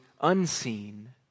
unseen